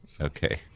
Okay